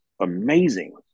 amazing